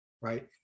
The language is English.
Right